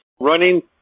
running